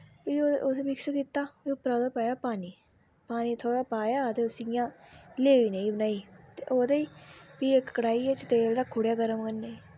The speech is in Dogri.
फ्ही उस्सी मिक्स कीता उप्परा दा पाया पानी पानी थोह्ड़ा पाया ते उस्सी इ'यां लेवी नेईं बनाई ते ओह्दे च फ्ही इक कढ़ाई च तेल रक्खी ओड़ेआ गर्म करने